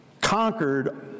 conquered